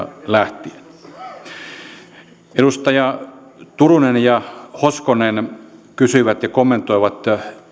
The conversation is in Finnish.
lähtien edustajat turunen ja hoskonen kysyivät ja kommentoivat